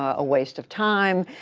a waste of time.